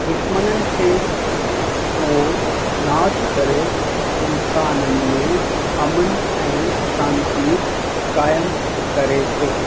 दुश्मननि खे उहो नाश करे इंसाननि में अमन ऐं शांती क़ाइमु करे थो